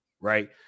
right